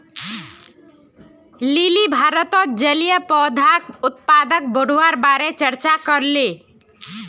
lily भारतत जलीय पौधाक उत्पादन बढ़वार बारे चर्चा करले